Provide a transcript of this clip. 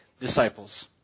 disciples